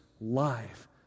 life